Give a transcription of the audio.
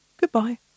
Goodbye